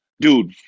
Dude